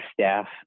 staff